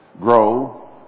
grow